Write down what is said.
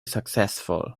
successful